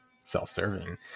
self-serving